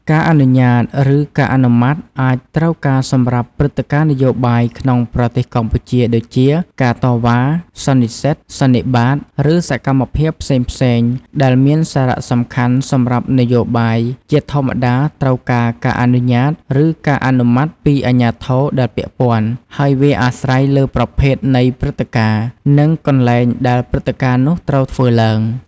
ការអនុញ្ញាត ឬការអនុម័តអាចត្រូវការសម្រាប់ព្រឹត្តិការណ៍នយោបាយក្នុងប្រទេសកម្ពុជា ដូចជា ការតវ៉ា សន្និសីទ សន្និបាត ឬសកម្មភាពផ្សេងៗដែលមានសារៈសំខាន់សម្រាប់នយោបាយ ជាធម្មតាត្រូវការការអនុញ្ញាត ឬការអនុម័តពីអាជ្ញាធរដែលពាក់ព័ន្ធ ហើយវាអាស្រ័យលើប្រភេទនៃព្រឹត្តិការណ៍ និងកន្លែងដែលព្រឹត្តិការណ៍នោះត្រូវធ្វើឡើង។